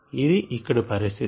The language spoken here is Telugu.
ఇది ఇక్కడి పరిస్థితి